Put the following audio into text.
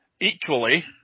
Equally